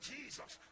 Jesus